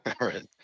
right